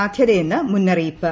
സാധ്യതയെന്ന് മുന്നറിയിപ്പ്